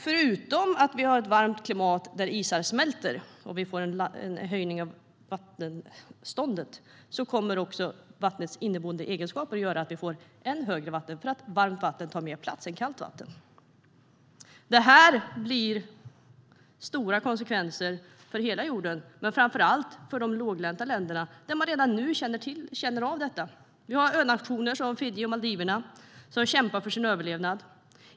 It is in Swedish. Förutom att vi har ett varmt klimat där isar smälter och vi får en höjning av vattenståndet kommer också vattnets inneboende egenskaper att göra att vi får än högre vatten, eftersom varmt vatten tar med plats än kallt vatten. Det blir stora konsekvenser för hela jorden men framför allt för de låglänta länderna där man redan nu känner av detta. Vi har önationer som Fiji och Maldiverna som kämpar för sin överlevnad.